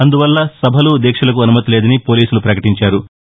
అందువల్ల సభలు దీక్షలకు అనుమతి లేదని పోలీసులు ప్రకటించారు